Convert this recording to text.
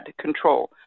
control